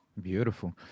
Beautiful